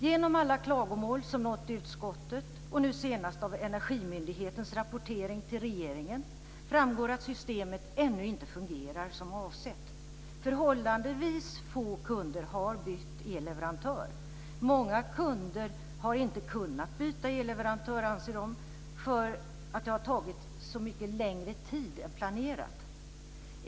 Genom alla klagomål som nått utskottet, och nu senast av Energimyndighetens rapportering till regeringen, framgår att systemet ännu inte fungerar som avsett. Förhållandevis få kunder har bytt elleverantör. Många kunder har inte kunnat byta elleverantör, anser de, för att det har tagit så mycket längre tid än planerat.